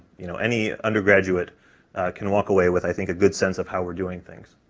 you know, any undergraduate can walk away with i think a good sense of how we're doing things.